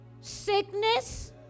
sickness